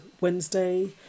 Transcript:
Wednesday